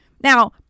Now